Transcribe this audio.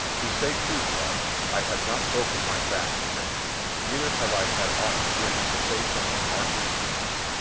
to say truth, father, i have not broken my fast to-day neither have i had aught to drink save from these marshy streams.